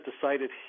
decided